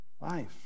life